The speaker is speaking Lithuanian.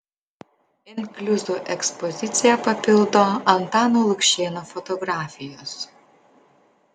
inkliuzų ekspoziciją papildo antano lukšėno fotografijos